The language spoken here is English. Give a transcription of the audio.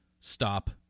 stop